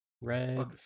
Red